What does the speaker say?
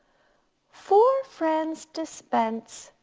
four friends dispense.